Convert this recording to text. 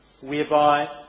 Whereby